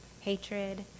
hatred